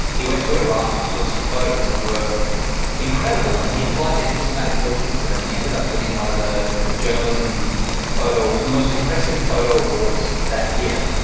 he went to iraq and took some photos that were incredible, and he applied the hipstamatic filters to them, and he ended up winning one of the the journalism photo, most impressive photo awards that year.